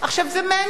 זה מעניין,